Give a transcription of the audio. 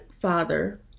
Father